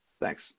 Thanks